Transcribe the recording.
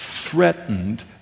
threatened